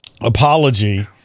apology